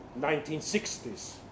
1960s